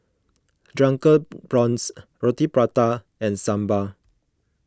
Drunken Prawns Roti Prata and Sambal